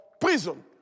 prison